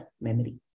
memory